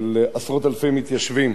של עשרות אלפי מתיישבים,